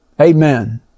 Amen